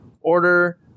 order